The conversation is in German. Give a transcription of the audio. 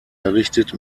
errichtet